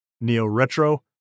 Neo-Retro